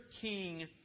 king